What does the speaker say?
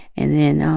and then,